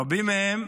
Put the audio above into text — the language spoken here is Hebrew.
רבים מהם,